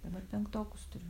dabar penktokus turiu